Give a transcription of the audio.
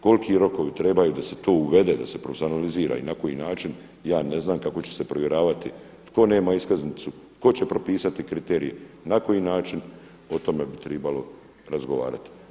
Koliki rokovi trebaju da se to uvede, da se profesionalizira, na koji način, ja ne znam kako će se provjeravati tko nema iskaznicu, tko će propisati kriterij na koji način o tome bi trebalo razgovarati.